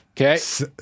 Okay